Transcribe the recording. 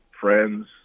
friends